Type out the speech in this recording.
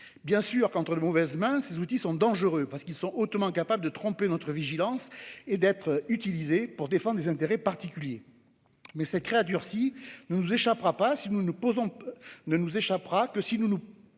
Bien sûr, entre de mauvaises mains, ces outils sont dangereux, parce qu'ils sont hautement capables de tromper notre vigilance ou d'être utilisés pour défendre des intérêts particuliers. Mais cette créature-là ne nous échappera que si nous ne